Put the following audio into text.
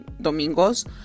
domingos